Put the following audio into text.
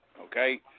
Okay